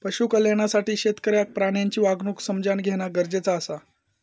पशु कल्याणासाठी शेतकऱ्याक प्राण्यांची वागणूक समझान घेणा गरजेचा आसा